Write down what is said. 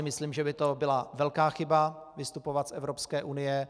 Myslím si, že by byla velká chyba vystupovat z Evropské unie.